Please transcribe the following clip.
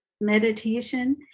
meditation